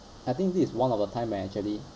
I think this is one of the time I actually